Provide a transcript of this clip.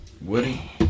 Woody